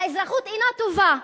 האזרחות אינה טובה,